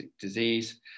disease